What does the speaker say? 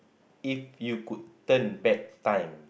if you could turn back time